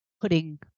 putting